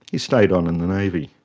he stayed on in the navy.